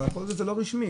אבל כל זה לא רשמי.